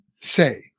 say